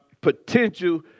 potential